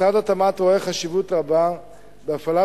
משרד התמ"ת רואה חשיבות רבה בהפעלת